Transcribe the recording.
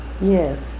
Yes